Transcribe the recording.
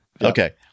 Okay